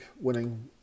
winning